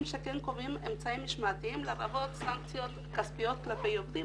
שכן קובעים אמצעים משמעתיים לרבות סנקציות כספיות כלפי עובדים,